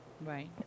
right